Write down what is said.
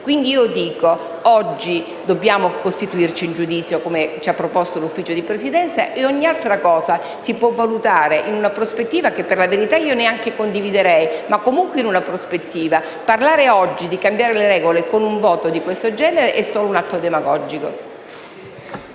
Quindi io dico che oggi dobbiamo costituirci in giudizio come ci ha proposto il Consiglio di Presidenza e ogni altra cosa si potrà valutare in prospettiva, che per la verità io neanche condividerei, ma comunque in prospettiva. Parlare oggi di cambiare le regole con un voto di questo genere è solo un atto demagogico.